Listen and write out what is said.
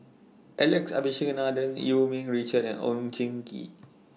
Alex Abisheganaden EU Yee Richard and Oon Jin Gee